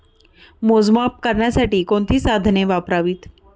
मोजमाप करण्यासाठी कोणती साधने वापरावीत?